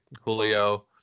Julio